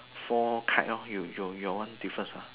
four kite orh your your your one difference ah